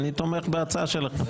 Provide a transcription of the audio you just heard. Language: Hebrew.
אני תומך בהצעה שלכם.